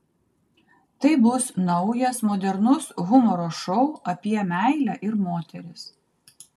tai bus naujas modernus humoro šou apie meilę ir moteris